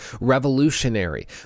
revolutionary